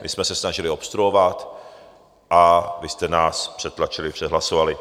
My jsme se snažili obstruovat a vy jste nás přetlačili, přehlasovali.